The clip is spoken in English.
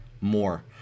more